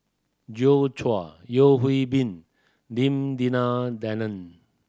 Joi Chua Yeo Hwee Bin Lim Denan Denon